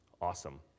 Awesome